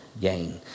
gain